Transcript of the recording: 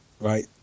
right